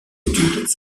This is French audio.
études